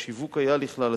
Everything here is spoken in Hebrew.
השיווק היה לכלל הציבור.